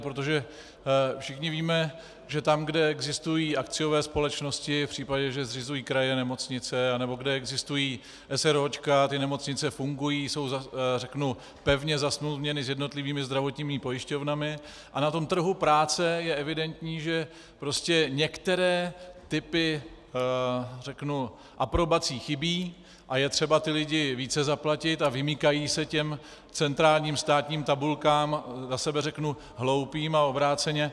Protože všichni víme, že tam, kde existují akciové společnosti, v případě, že zřizují kraje nemocnice, anebo kde existují eseróčka, ty nemocnice fungují, jsou pevně zasmluvněny s jednotlivými zdravotními pojišťovnami, a na trhu práce je evidentní, že některé typy aprobací chybí a je třeba ty lidi více zaplatit a vymykají se těm centrálním státním tabulkám, za sebe řeknu hloupým a obráceně.